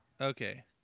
Okay